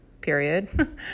period